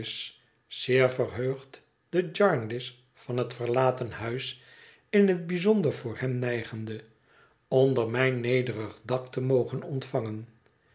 zeer verheugd den jarndyce van het verlaten huis in het bijzonder voor hem nijgende onder mijn nederig dak te mogen ontvangen